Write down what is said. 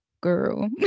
girl